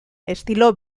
estilo